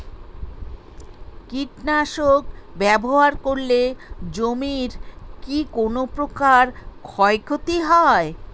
কীটনাশক ব্যাবহার করলে জমির কী কোন প্রকার ক্ষয় ক্ষতি হয়?